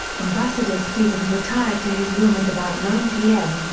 ambassador stevens retired to his room at about nine pm,